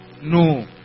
No